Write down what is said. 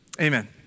Amen